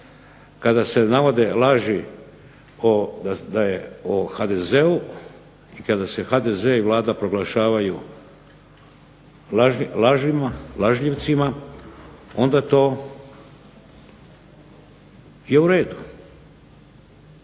Kada se navode laži o HDZ-u i kada se HDZ I Vlada proglašavaju lažljivcima onda to je u redu.